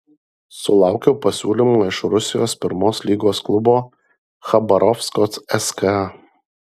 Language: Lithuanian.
sulaukiau pasiūlymo iš rusijos pirmos lygos klubo chabarovsko ska